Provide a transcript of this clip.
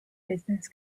business